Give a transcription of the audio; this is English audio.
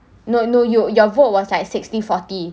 no no your your vote was like sixty forty